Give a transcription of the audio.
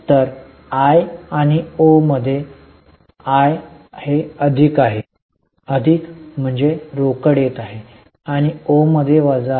तर आय आणि ओ मध्ये आय हे अधिक आहे अधिक म्हणजे रोकड येत आहे आणि ओ मध्ये हे वजा आहे